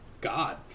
God